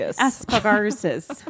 Asparagus